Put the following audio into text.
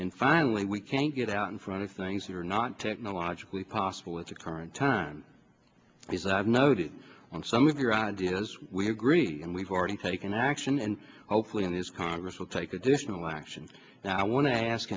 and finally we can get out in front of things that are not technologically possible at the current time because i've noted on some of your ideas we agree and we've already taken action and hopefully in this congress will take additional actions and i wan